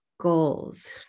goals